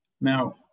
Now